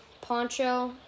Poncho